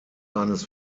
seines